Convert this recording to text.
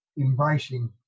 embracing